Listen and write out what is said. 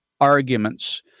arguments